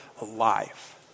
alive